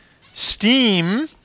Steam